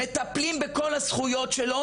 מטפלים בכל הזכויות שלו,